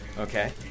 Okay